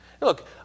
Look